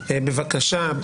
בבקשה,